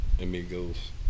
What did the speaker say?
amigos